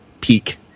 peak